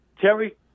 Terry